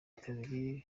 kabiri